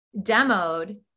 demoed